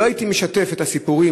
לא הייתי משתף את הסיפורים,